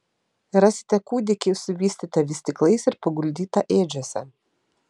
rasite kūdikį suvystytą vystyklais ir paguldytą ėdžiose